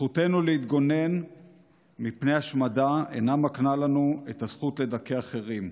זכותנו להתגונן מפני השמדה אינה מקנה לנו את הזכות לדכא אחרים.